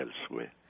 elsewhere